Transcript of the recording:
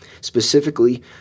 specifically